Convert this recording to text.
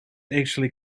actually